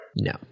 No